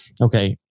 okay